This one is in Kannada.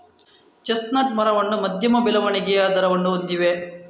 ಚೆಸ್ಟ್ನಟ್ ಮರಗಳು ಮಧ್ಯಮ ಬೆಳವಣಿಗೆಯ ದರವನ್ನು ಹೊಂದಿವೆ